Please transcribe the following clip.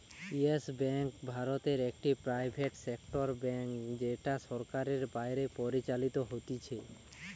yes Bank ভারতে একটি private sector bank যেটা সরকারের বাইরে পরিচালিত হতিছে